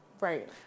Right